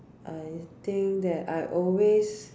thing that I always